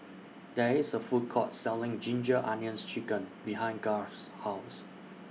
There IS A Food Court Selling Ginger Onions Chicken behind Garth's House